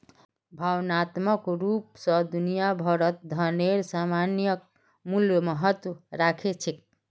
भावनात्मक रूप स दुनिया भरत धनेर सामयिक मूल्य महत्व राख छेक